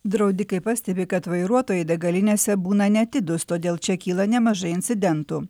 draudikai pastebi kad vairuotojai degalinėse būna neatidus todėl čia kyla nemažai incidentų